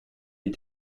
die